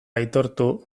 aitortu